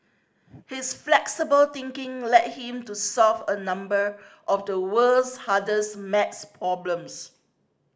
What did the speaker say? his flexible thinking led him to solve a number of the world's hardest maths problems